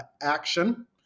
action